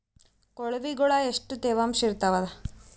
ಕೊಳವಿಗೊಳ ಎಷ್ಟು ತೇವಾಂಶ ಇರ್ತಾದ?